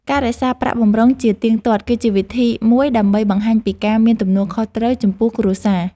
ការរក្សាប្រាក់បម្រុងជាទៀងទាត់គឺជាវិធីមួយដើម្បីបង្ហាញពីការមានទំនួលខុសត្រូវចំពោះគ្រួសារ។